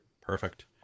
Perfect